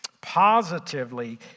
Positively